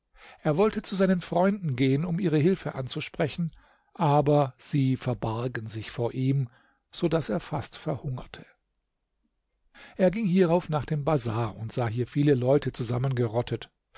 er wollte zu seinen freunden gehen um ihre hilfe anzusprechen aber sie verbargen sich vor ihm so daß er fast verhungerte er ging hierauf nach dem bazar und sah hier viele leute